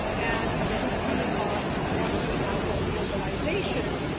and the history of what we now call globalization,